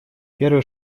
первый